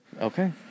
Okay